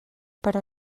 però